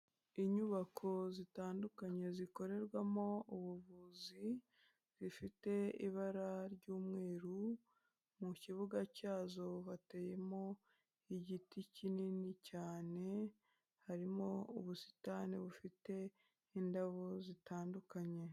Inyubako zitandukanye zikorerwamo ubuvuzi zifite ibara ry'umweru mu kibuga cyazo hateyemo igiti kinini cyane harimo ubusitani bufite indabo zitandukanye.